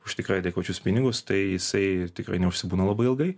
už tikrai adekvačius pinigus tai jisai tikrai neužsibūna labai ilgai